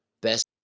best